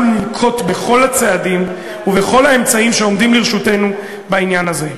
אנחנו ננקוט בכל הצעדים ובכל האמצעים שעומדים לרשותנו בעניין הזה.